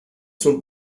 sont